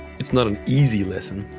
it's not an easy lesson,